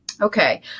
okay